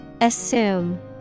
Assume